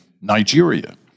Nigeria